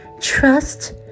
trust